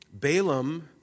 Balaam